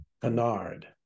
canard